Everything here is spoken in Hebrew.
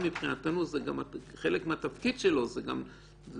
מבחינתנו גם חלק מהתפקיד של הצבא זה גם חינוך.